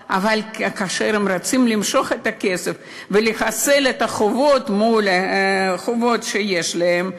אבל כאשר הם רוצים למשוך את הכסף ולחסל את החובות שיש להם,